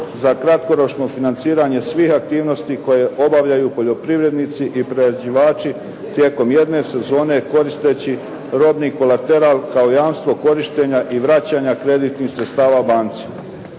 za kratkoročno financiranje svih aktivnosti koje obavljaju poljoprivrednici i prerađivači tijekom jedne sezone koristeći robni kolateral kao jamstvo korištenja i vraćanja kreditnih sredstava banci.